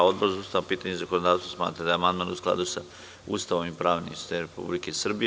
Odbor za ustavna pitanja i zakonodavstvo smatra da je amandman u skladu sa Ustavom i pravnim sistemom Republike Srbije.